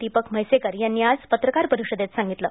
दीपक म्हैसेकर यांनी आज पत्रकार परिषदेत सांगितलं